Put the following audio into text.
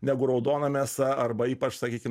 negu raudona mėsa arba ypač sakykim